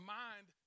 mind